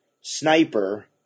sniper